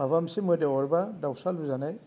माबा मोनसे मोदाइ अरब्ला दाउसा लुजानाय